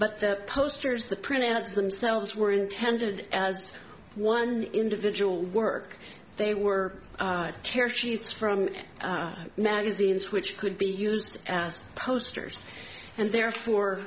but the posters the print outs themselves were intended as one individual work they were tear sheets from magazines which could be used as posters and therefore